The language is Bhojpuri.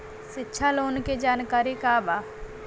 शिक्षा लोन के जानकारी का बा?